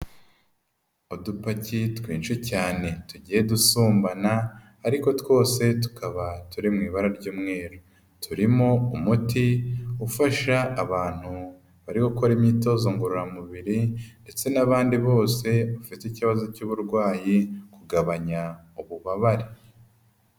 Udupaki twinshi cyane tugiye dusumbana ariko twose tukaba turi mu ibara ry'umweru, turimo umuti ufasha abantu bari gukora imyitozo ngororamubiri ndetse n'abandi bose bafite ikibazo cy'uburwayi kugabanya ububabare.